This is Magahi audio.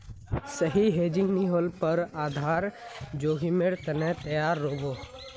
सही हेजिंग नी ह ल पर आधार जोखीमेर त न तैयार रह बो